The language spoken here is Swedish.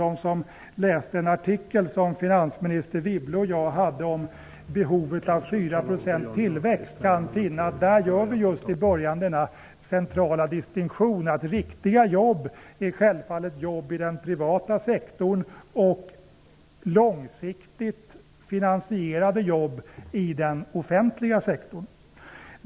De som läste en artikel som finansminister Wibble och jag skrev om behovet av 4 % tillväxt kan finna att vi i början av artikeln gör just den centrala distinktionen att riktiga jobb självfallet är jobb i den privata sektorn och långsiktigt finansierade jobb i den offentliga sektorn.